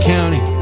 County